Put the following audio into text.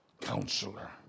Counselor